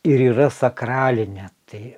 ir yra sakralinė tai